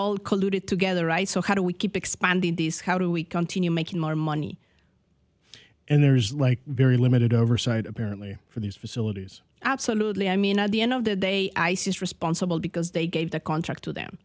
all colluded together right so how do we keep expanding these how do we continue making more money and there is like very limited oversight apparently for these facilities absolutely i mean at the end of the day ice is responsible because they gave the contract t